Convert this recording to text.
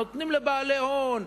נותנים לבעלי הון,